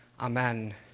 Amen